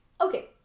Okay